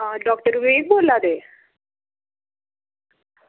आं डॉक्टर होर बोल्ला दे